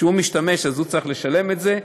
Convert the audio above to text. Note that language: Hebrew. שהוא משתמש אז הוא צריך לשלם את זה,